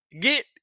Get